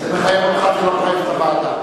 זה מחייב אותך, זה לא מחייב את הוועדה.